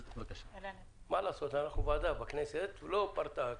מה לעשות, אנחנו ועדה בכנסת ולא פרטאץ'.